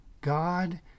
God